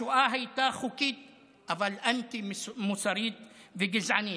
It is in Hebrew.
השואה הייתה חוקית אבל אנטי-מוסרית וגזענית.